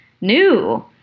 new